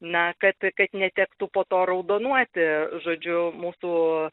na kad kad netektų po to raudonuoti žodžiu mūsų